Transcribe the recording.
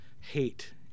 hate